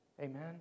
Amen